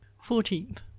Fourteenth